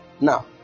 Now